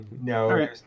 No